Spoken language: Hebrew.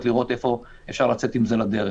כדי לראות איפה אפשר לצאת עם זה לדרך.